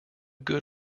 good